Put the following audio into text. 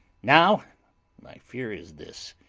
now my fear is this.